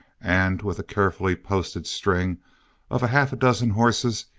and with a carefully posted string of half a dozen horses,